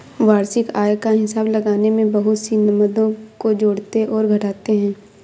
वार्षिक आय का हिसाब लगाने में बहुत सी मदों को जोड़ते और घटाते है